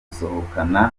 gusohokana